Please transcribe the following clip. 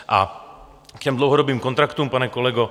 A k těm dlouhodobým kontraktům, pane kolego.